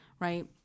right